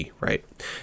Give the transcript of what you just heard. right